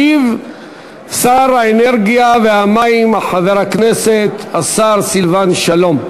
ישיב שר האנרגיה והמים חבר הכנסת השר סילבן שלום.